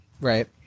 right